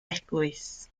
eglwys